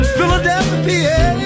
Philadelphia